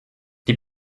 die